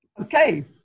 okay